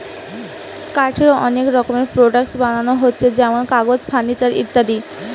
কাঠের অনেক রকমের প্রোডাক্টস বানানা হচ্ছে যেমন কাগজ, ফার্নিচার ইত্যাদি